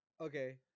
okay